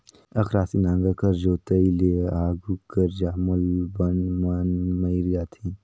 अकरासी नांगर कर जोताई ले आघु कर जामल बन मन मइर जाथे